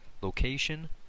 location